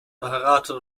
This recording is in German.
verheiratet